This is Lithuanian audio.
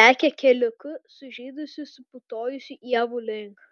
lekia keliuku sužydusių suputojusių ievų link